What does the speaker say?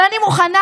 אבל אני מוכנה,